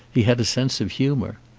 he had a sense of humour.